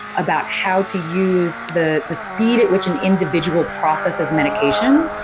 about how to use the the speed at which an individual processes medication,